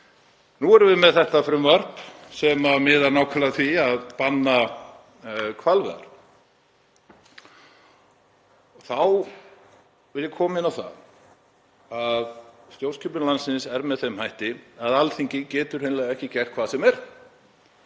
Nú erum við með þetta frumvarp sem miðar nákvæmlega að því að banna hvalveiðar en þá vil ég koma inn á það að stjórnskipun landsins er með þeim hætti að Alþingi getur hreinlega ekki gert hvað sem er.